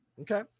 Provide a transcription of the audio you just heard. okay